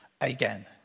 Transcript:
again